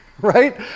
right